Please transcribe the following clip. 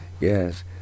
Yes